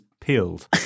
peeled